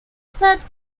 such